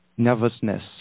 Nervousness